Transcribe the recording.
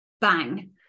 bang